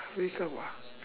wake up